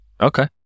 okay